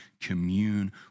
commune